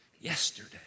yesterday